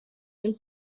den